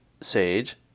Sage